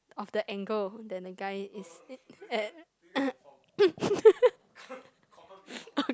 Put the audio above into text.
of the angle than the guy is eh at